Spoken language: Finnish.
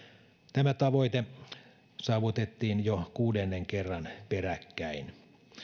tämä tavoite saavutettiin jo kuudennen kerran peräkkäin